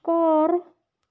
ਘਰ